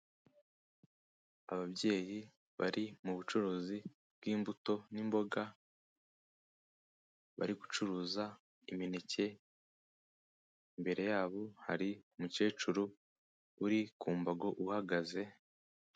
Ababyeyi bari mu bucuruzi bw'imbuto n'imboga, bari gucuruza imineke, imbere yabo hari umukecuru uri ku mbago uhagaze...